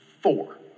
four